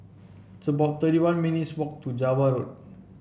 it's about thirty one minutes' walk to Java Road